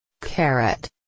Carrot